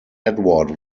edward